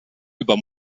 über